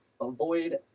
avoid